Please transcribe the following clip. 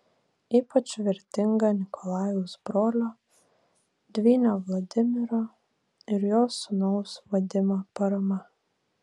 ypač vertinga nikolajaus brolio dvynio vladimiro ir jo sūnaus vadimo parama